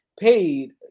paid